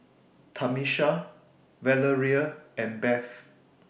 Tamisha Valeria and Bev